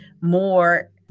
more